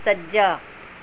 ਸੱਜਾ